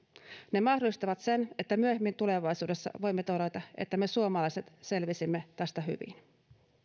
ne mahdollistavat sen että myöhemmin tulevaisuudessa voimme todeta että me suomalaiset selvisimme tästä hyvin